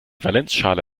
valenzschale